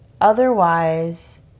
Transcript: Otherwise